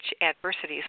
Adversities